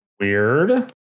Weird